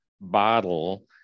bottle